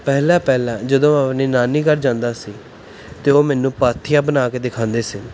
ਪਹਿਲਾਂ ਪਹਿਲਾਂ ਜਦੋਂ ਆਪਣੇ ਨਾਨੀ ਘਰ ਜਾਂਦਾ ਸੀ ਤਾਂ ਉਹ ਮੈਨੂੰ ਪਾਥੀਆਂ ਬਣਾ ਕੇ ਦਿਖਾਉਂਦੇ ਸੀ